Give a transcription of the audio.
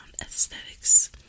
aesthetics